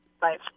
Bye